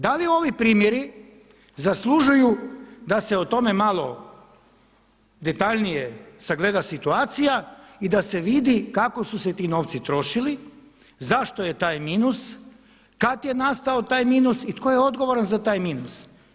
Da li ovi primjeri zaslužuju da se o tome malo detaljnije sagleda situacija i da se vidi kako su se ti novci trošili, zašto je taj minus, kada je nastao taj minus i tko je odgovoran za taj minus?